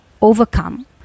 overcome